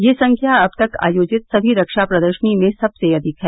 यह संख्या अब तक आयोजित सभी रक्षा प्रदर्शनी में सबसे अधिक है